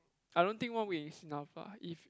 I don't think one week is enough ah if